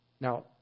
Now